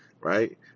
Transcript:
Right